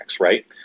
right